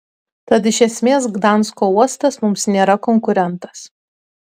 tad iš esmės gdansko uostas mums nėra konkurentas